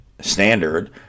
Standard